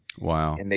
Wow